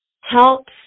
helps